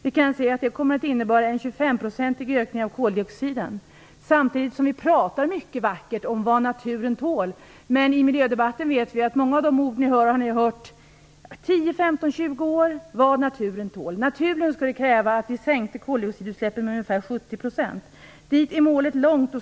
Vi kan se att det kommer att innebära en 25-procentig ökning av koldioxidutsläppen. Samtidigt pratar vi mycket vackert om vad naturen tål. Många av orden i miljödebatten har man hört i 10, 15 eller 20 år. Naturen skulle kräva att vi sänkte koldioxidutsläppen med ungefär 70 %. Till det målet är det långt.